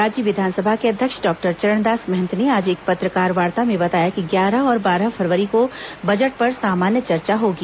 राज्य विधानसभा के अध्यक्ष डॉक्टर चरणदास महंत ने आज एक पत्रकारवार्ता में बताया कि ग्यारह और बारह फरवरी को बजट पर सामान्य चर्चा होगी